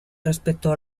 respecto